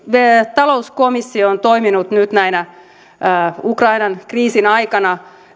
talouskomissio on toiminut nyt ukrainan kriisin aikana